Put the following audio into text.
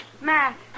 Matt